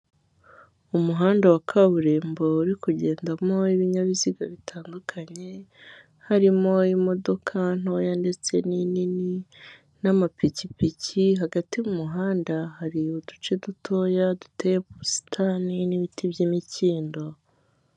Umuhanda wa kaburimbo uri kugendamo Ibinyabiziga bitandukanye harimo imodoka ntoya ndetse n'inini n'amapikipiki hagati mu muhanda hari uduce dutoya duteyemo ubusitani n'ibiti by'imikindo.